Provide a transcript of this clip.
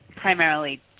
primarily